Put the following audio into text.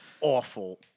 awful